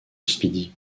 speedy